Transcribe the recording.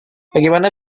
bagaimana